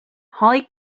holly